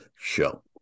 show